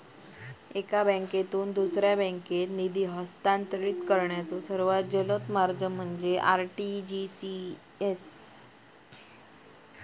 एका बँकेतून दुसऱ्या बँकेत निधी हस्तांतरित करण्याचो सर्वात जलद मार्ग म्हणजे आर.टी.जी.एस